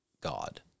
God